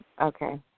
Okay